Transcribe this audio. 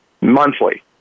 monthly